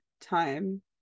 time